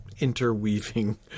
interweaving